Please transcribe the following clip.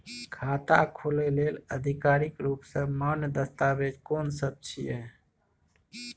खाता खोले लेल आधिकारिक रूप स मान्य दस्तावेज कोन सब छिए?